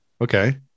okay